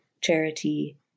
charity